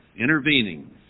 intervening